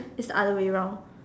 it's the other way round